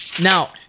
now